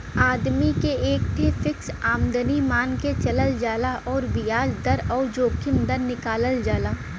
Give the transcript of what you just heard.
आदमी के एक ठे फ़िक्स आमदमी मान के चलल जाला अउर बियाज दर अउर जोखिम दर निकालल जाला